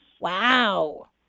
Wow